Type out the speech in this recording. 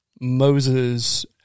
Moses